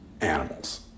animals